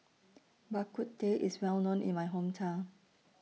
Bak Kut Teh IS Well known in My Hometown